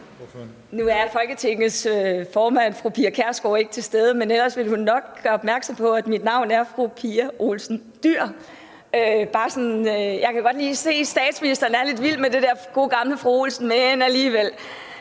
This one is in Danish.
Nu er Folketingets formand fru Pia Kjærsgaard, ikke til stede, men ellers ville hun nok gøre opmærksom på, at mit navn er fru Pia Olsen Dyhr. Jeg kan godt lige se, at statsministeren er lidt vild med det der gode gamle fru Olsen, men alligevel.